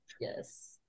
Yes